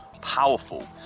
powerful